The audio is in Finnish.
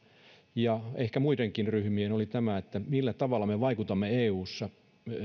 ja ehkä muillakin ryhmillä oli tämä millä tavalla me vaikutamme eussa